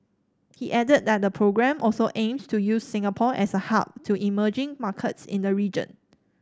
he added that the programme also aims to use Singapore as a hub to emerging markets in the region